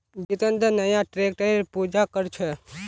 जितेंद्र नया ट्रैक्टरेर पूजा कर छ